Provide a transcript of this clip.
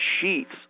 sheets